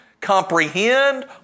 comprehend